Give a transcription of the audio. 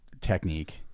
Technique